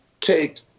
take